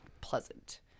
pleasant